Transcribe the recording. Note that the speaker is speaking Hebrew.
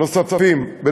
בנהריה ונוספים.